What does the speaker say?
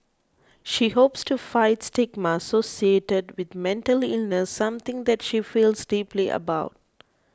she hopes to fight stigma associated with mental illness something that she feels deeply about